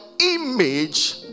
image